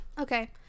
Okay